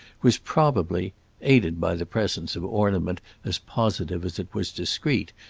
was probably aided by the presence of ornament as positive as it was discreet,